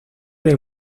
del